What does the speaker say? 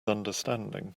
understanding